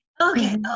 Okay